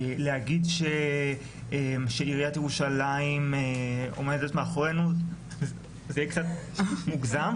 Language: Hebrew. להגיד שעיריית ירושלים עומדת מאחורינו - זה יהיה קצת מוגזם.